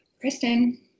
Kristen